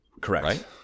Correct